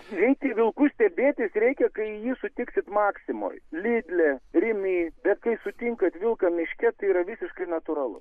reikia vilku stebėtis reikia kai jį sutiksit maksimoj lidle rimi bet kai sutinkant vilką miške tai yra visiškai natūralu